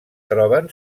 troba